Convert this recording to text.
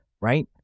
right